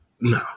No